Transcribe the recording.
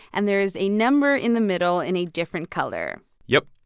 and there is a number in the middle in a different color yup.